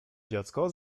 dziecko